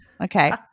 Okay